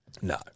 No